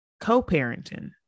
co-parenting